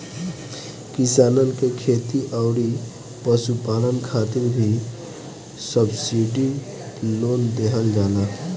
किसानन के खेती अउरी पशुपालन खातिर भी सब्सिडी लोन देहल जाला